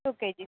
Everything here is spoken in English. two kgs